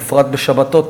בפרט בשבתות,